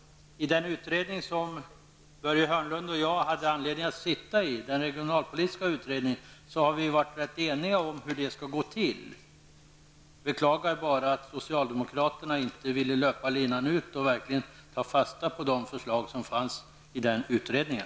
I den utredning som Börje Hörnlund och jag hade anledning att delta i, den regionalpolitiska utredningen, har vi varit eniga om hur det skall gå till. Jag beklagar bara att socialdemokraterna inte ville löpa linan ut och verkligen ta fasta på de förslag som lades fram i den utredningen.